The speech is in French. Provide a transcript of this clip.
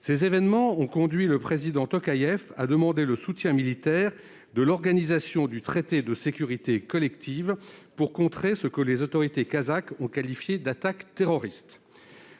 Ces événements ont conduit le président Tokaïev à demander le soutien militaire de l'Organisation du traité de sécurité collective, afin de contrer ce que les autorités kazakhes ont qualifié d'« attaque terroriste ».